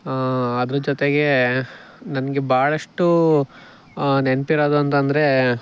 ಅದ್ರ ಜೊತೆಗೆ ನನಗೆ ಬಹಳಷ್ಟು ನೆನಪಿರೋದಂತಂದರೆ